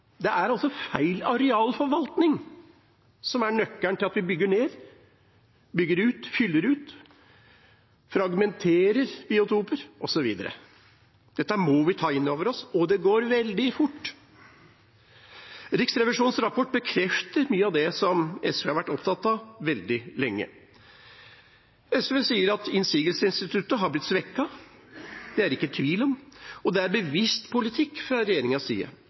Det er altså feil arealforvaltning som er nøkkelen til at vi bygger ned, bygger ut, fyller ut, fragmenterer biotoper osv. Dette må vi ta inn over oss, og det går veldig fort. Riksrevisjonens rapport bekrefter mye av det som SV har vært opptatt av veldig lenge. SV sier at innsigelsesinstituttet har blitt svekket. Det er det ikke tvil om. Og det er bevisst politikk fra regjeringas side